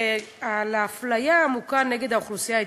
על האפליה העמוקה נגד האוכלוסייה האתיופית.